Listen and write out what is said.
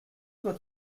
doit